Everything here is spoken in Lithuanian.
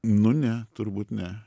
nu ne turbūt ne